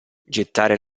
gettare